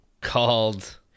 called